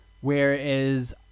whereas